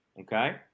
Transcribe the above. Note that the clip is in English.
okay